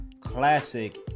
classic